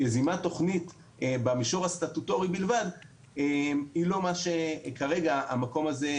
ייזום תוכנית במישור הסטטוטורי בלבד הוא לא מה שכרגע המקום הזה,